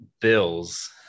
Bills